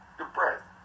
depressed